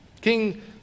King